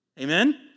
Amen